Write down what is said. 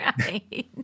right